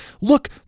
Look